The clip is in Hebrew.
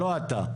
לא אתה.